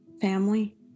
family